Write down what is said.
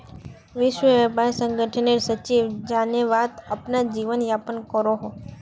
विश्व व्यापार संगठनेर सचिव जेनेवात अपना जीवन यापन करोहो